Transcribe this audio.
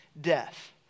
death